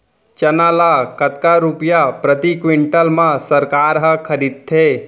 चना ल कतका रुपिया प्रति क्विंटल म सरकार ह खरीदथे?